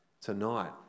tonight